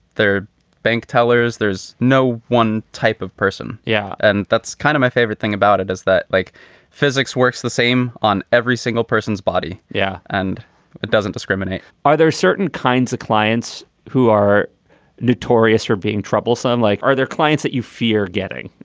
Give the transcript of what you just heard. they're bank tellers. there's no one type of person. yeah, and that's kind of my favorite thing about it, is that like physics works the same on every single person's body. yeah. and it doesn't discriminate are there certain kinds of clients who are notorious for being troublesome like. are there clients that you fear getting?